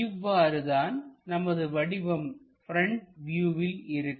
இவ்வாறுதான் நமது வடிவம் ப்ரெண்ட் வியூவில் இருக்கும்